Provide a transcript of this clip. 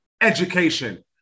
education